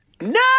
No